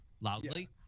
loudly